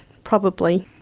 probably.